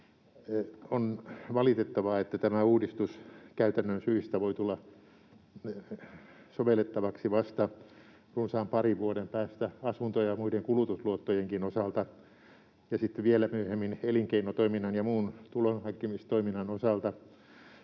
On valitettavaa, että tämä uudistus käytännön syistä voi tulla sovellettavaksi vasta runsaan parin vuoden päästä asunto- ja muiden luottojen, kulutusluottojenkin, osalta ja sitten vielä myöhemmin elinkeinotoiminnan ja muun tulonhankkimistoiminnan osalta.